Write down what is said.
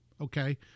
okay